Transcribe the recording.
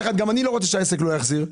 גם אני לא רוצה שהעסק לא יחזיר.